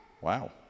Wow